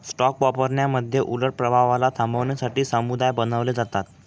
stock व्यापारामध्ये उलट प्रभावाला थांबवण्यासाठी समुदाय बनवले जातात